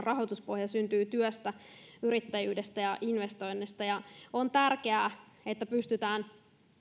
rahoituspohja syntyy työstä yrittäjyydestä ja investoinneista on tärkeää että pystytään